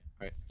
right